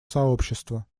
сообщества